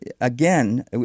again